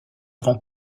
rend